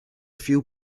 few